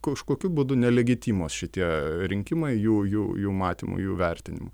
kažkokiu būdu nelegitimūs šitie rinkimai jų jų jų matymu jų vertinimu